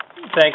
Thanks